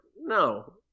no